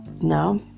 No